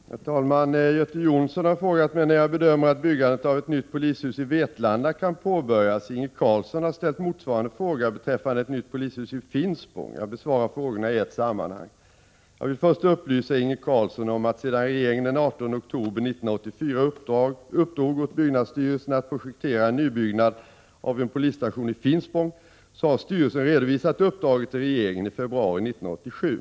Herr talman! Göte Jonsson har frågat mig när jag bedömer att byggandet av ett nytt polishus i Vetlanda kan påbörjas. Inge Carlsson har ställt motsvarande fråga beträffande ett nytt polishus i Finspång. Jag besvarar frågorna i ett sammanhang. Jag vill först upplysa Inge Carlsson om att sedan regeringen den 18 oktober 1984 uppdrog åt byggnadsstyrelsen att projektera en nybyggnad av en polisstation i Finspång har styrelsen redovisat uppdraget till regeringen i februari 1987.